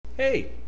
Hey